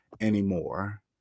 anymore